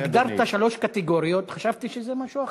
אתה הגדרת שלוש קטגוריות, חשבתי שזה משהו אחר.